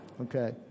Okay